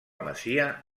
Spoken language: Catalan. masia